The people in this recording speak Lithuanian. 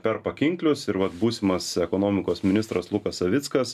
per pakinklius ir vat būsimas ekonomikos ministras lukas savickas